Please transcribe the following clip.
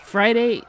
Friday